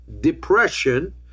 depression